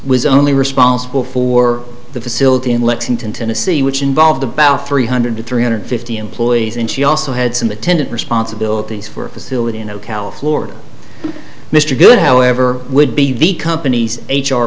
was only responsible for the facility in lexington tennessee which involved the bathroom hundred to three hundred fifty employees and she also had some attendant responsibilities for a facility in ocala florida mr good however would be the company's h